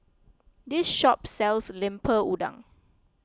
this shop sells Lemper Udang